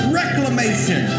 reclamation